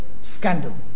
scandal